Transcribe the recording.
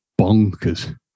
bonkers